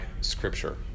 Scripture